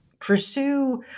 pursue